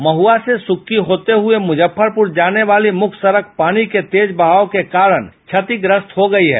महुआ से सुक्की होते हुये मुजफ्फरपुर जाने वाली मुख्य सड़क पानी के तेज बहाव के कारण क्षतिग्रस्त हो गयी है